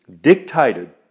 dictated